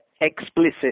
explicit